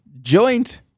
Joint